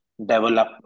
develop